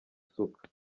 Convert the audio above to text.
isuka